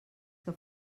que